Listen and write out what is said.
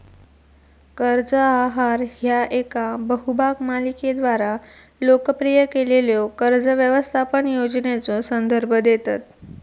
कर्ज आहार ह्या येका बहुभाग मालिकेद्वारा लोकप्रिय केलेल्यो कर्ज व्यवस्थापन योजनेचो संदर्भ देतत